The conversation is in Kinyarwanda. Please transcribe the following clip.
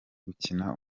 gukina